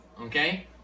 okay